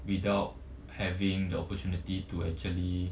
without having the opportunity to actually